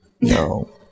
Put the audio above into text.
No